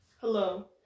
Hello